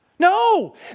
No